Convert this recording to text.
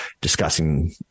discussing